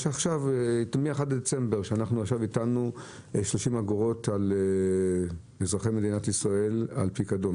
באחד בדצמבר הטלנו על אזרחי מדינת ישראל 30 אגורות על פיקדון,